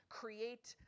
create